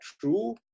true